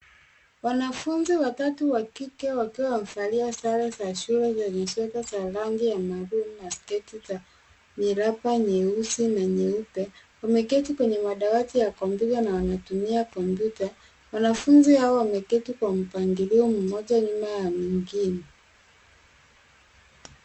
Wanafunzi watatu wa kike wakiwa wamevalia sare za shule zenye sweta za rangi ya maroon na sketi za miraba nyeusi na nyeupe. Wameketi kwenye madawati ya kompyuta na wanatumia kompyuta. Wanafunzi hawa wameketi kwa mpangilio mmoja nyuma ya mwingine.